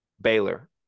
Baylor